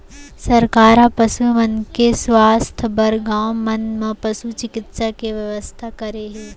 सरकार ह पसु मन के सुवास्थ बर गॉंव मन म पसु चिकित्सा के बेवस्था करे हे